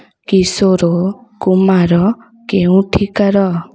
Kishore Kumar କେଉଁଠିକାର